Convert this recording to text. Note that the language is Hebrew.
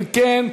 אם כן,